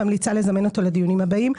אני ממליצה להזמין אותו לדיונים הבאים.